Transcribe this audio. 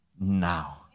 now